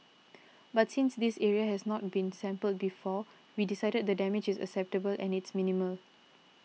but since this area has not been sampled before we decided the damage is acceptable and it's minimal